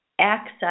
access